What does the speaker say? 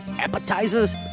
appetizers